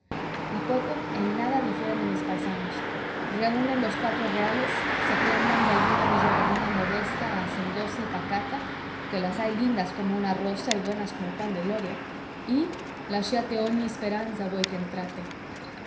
a poco en nada difieren de mis paisanos reúnen los cuatro reales se prendan de alguna villaverdina modesta hacendosa y pacata que las hay lindas como una rosa y buenas como el pan de gloria y lasciate ogni speranza voi che entrate